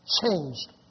changed